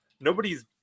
nobody's